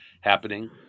happening